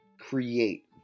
Create